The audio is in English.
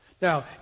Now